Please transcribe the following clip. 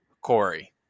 Corey